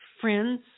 friends